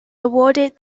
awarded